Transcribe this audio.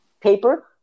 paper